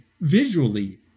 visually